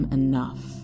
enough